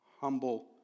humble